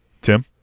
Tim